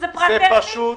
זה פשוט